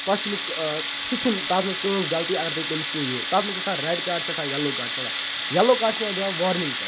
تَتھ چھُ نہٕ سُہ چھُ نہٕ تَتھ مَنٛز تِہنٛز غَلطی اَگَر تُہۍ تٔمِس پُش دِیِو تَتھ مَنٛز چھِ آسان ریٚڈ کارڑ چھِ آسان ییٚلو کارڑ چھِ آسان ییٚلو کارڑ چھُ یِوان دِنہٕ وارنِنگ پٮ۪ٹھ